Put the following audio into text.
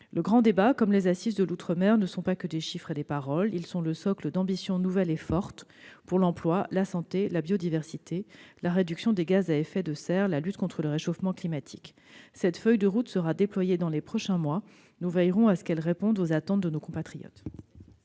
Le grand débat comme les Assises des outre-mer ne sont pas que des chiffres et des paroles : ils sont le socle d'ambitions nouvelles et fortes pour l'emploi, la santé, la biodiversité, la réduction des gaz à effet de serre et la lutte contre le réchauffement climatique. Cette feuille de route sera déployée dans les prochains mois, et nous veillerons à ce qu'elle réponde aux attentes de nos compatriotes.